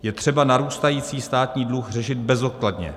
Je třeba narůstající státní dluh řešit bezodkladně.